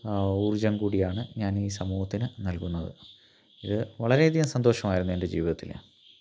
ഊർജ്ജം കൂടിയാണ് ഞാൻ ഈ സമൂഹത്തിന് നൽകുന്നത് ഇത് വളരെയധികം സന്തോഷമായിരുന്നു എൻ്റെ ജീവിതത്തില്